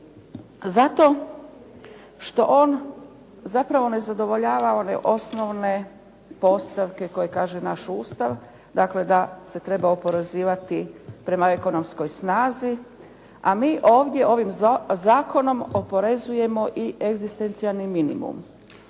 Zato što on zapravo ne zadovoljava one osnovne postavke koje kaže naš Ustav, dakle da se treba oporezivati prema ekonomskoj snazi. A mi ovdje ovim zakonom oporezujemo i egzistencijalni minimum.